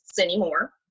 anymore